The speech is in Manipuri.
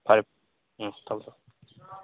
ꯐꯔꯦ ꯎꯝ ꯊꯝꯃꯣ ꯊꯝꯃꯣ